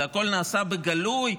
הכול נעשה בגלוי,